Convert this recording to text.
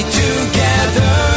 together